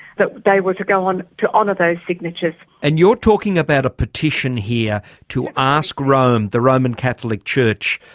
that they were to go on to honour those signatures. and you're talking about a petition here to ask rome, the roman catholic church,